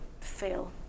fail